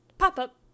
pop-up